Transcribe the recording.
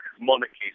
monarchies